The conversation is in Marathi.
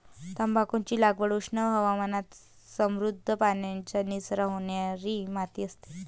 तंबाखूची लागवड उष्ण हवामानात समृद्ध, पाण्याचा निचरा होणारी माती असते